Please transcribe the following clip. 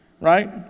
Right